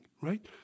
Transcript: right